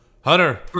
Hunter